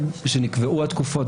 שנקבעו התקופות,